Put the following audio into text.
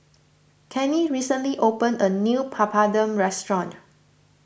Kenny recently opened a new Papadum restaurant